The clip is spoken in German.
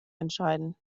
entscheiden